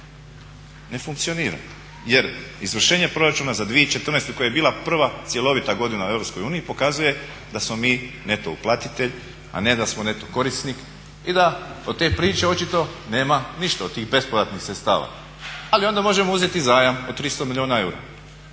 ne funkcionira jer izvršenje proračuna za 2014.koja je bila prva cjelovita godina u EU pokazuje da smo mi neto uplatitelj a ne da smo neto korisnik i da od te priče očito nema ništa, od tih bespovratnih sredstava, ali onda možemo uzeti zajam od 300 milijuna eura